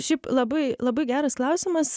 šiaip labai labai geras klausimas